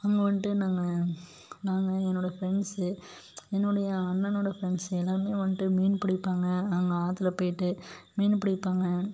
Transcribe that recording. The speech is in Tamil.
அங்கே வந்துட்டு நாங்கள் நாங்கள் என்னோடய ஃபிரெண்ட்ஸு என்னோடய அண்ணனோடய ஃபிரெண்ட்ஸு எல்லோருமே வந்துட்டு மீன் பிடிப்பாங்க நாங்கள் ஆத்தில் போயிட்டு மீன் பிடிப்பாங்க